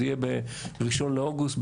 זה יהיה ב-1 באוגוסט,